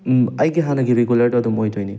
ꯎꯝ ꯑꯩꯒꯤ ꯍꯥꯟꯅꯒꯤ ꯔꯤꯒꯨꯂꯔꯗꯣ ꯑꯗꯨꯝ ꯑꯣꯏꯗꯣꯏꯅꯤ